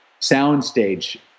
soundstage